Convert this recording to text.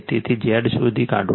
તેથી Z શોધી કાઢો